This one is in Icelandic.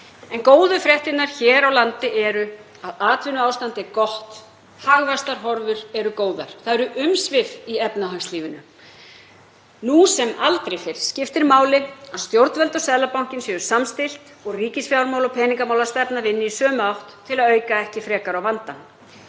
En góðu fréttirnar eru að atvinnuástandið hér á landi er gott og hagvaxtahorfur góðar. Það eru umsvif í efnahagslífinu. Nú sem aldrei fyrr skiptir máli að stjórnvöld og Seðlabankinn séu samstillt og ríkisfjármálin og peningamálastefnan vinni í sömu átt til að auka ekki frekar á vandann.